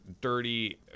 dirty